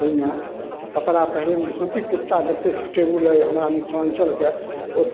ताहिमे कपड़ा पहिरैमे धोती कुरता जतेक सुटेबल अइ हमरा मिथिलाञ्चलके ओ